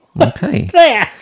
Okay